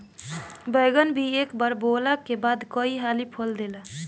बैगन भी एक बार बोअला के बाद कई हाली फल देला